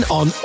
on